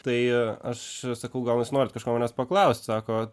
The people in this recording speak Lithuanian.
tai aš sakau gal jūs norit kažko manęs paklaust sako